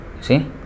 See